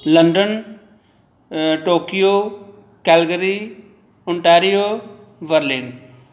London Tokyo Calgary Ontario Berlin